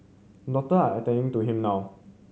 doctor are attending to him now